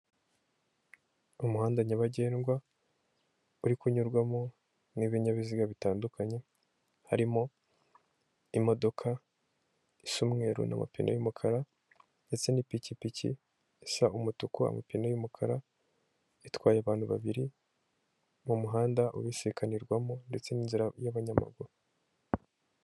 Umuhanda nyabagendwa uri kunyurwamo n'ibinyabiziga bitandukanye harimo imodoka isa umweru n'amapine y'umukara ndetse n'ipikipiki isa umutuku amapine y'umukara itwaye abantu babiri mu muhanda ubisikanirwamo ndetse n'inzira y'abanyamaguru